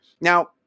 Now